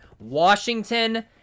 Washington